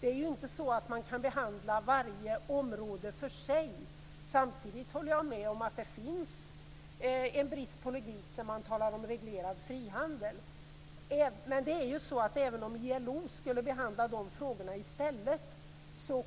Det är inte så att man kan behandla varje område för sig. Samtidigt håller jag med om att det finns en brist på logik när man talar om reglerad frihandel. Även om ILO skulle behandla de frågorna i stället